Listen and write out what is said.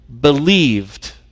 believed